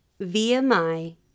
VMI